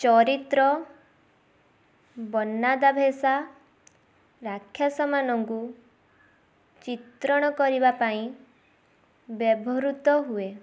ଚରିତ୍ର ବନ୍ନାଦା ଭେଶା ରାକ୍ଷସମାନଙ୍କୁ ଚିତ୍ରଣ କରିବା ପାଇଁ ବ୍ୟବହୃତ ହୁଏ